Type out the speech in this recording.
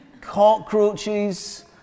cockroaches